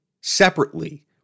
Separately